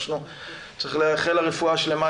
צריך לאחל לה רפואה שלמה,